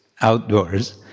outdoors